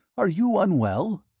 are you unwell?